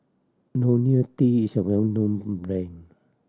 Ionil T is a well known brand